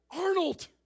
Arnold